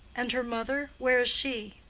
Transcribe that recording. and her mother where is she?